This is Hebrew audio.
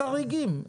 הם לא חריגים.